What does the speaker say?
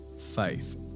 faith